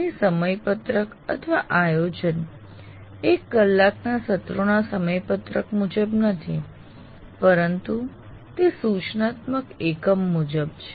અહીં સમયપત્રકઆયોજન એક કલાકના સત્રોના સમયપત્રક મુજબ નથી પરંતુ તે સૂચનાત્મક એકમ મુજબ છે